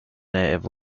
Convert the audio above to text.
native